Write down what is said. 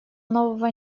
нового